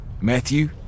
Matthew